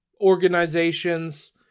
organizations